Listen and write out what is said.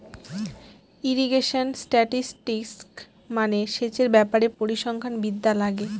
irrigation statistics মানে সেচের ব্যাপারে পরিসংখ্যান বিদ্যা লাগে